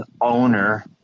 owner